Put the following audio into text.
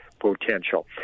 potential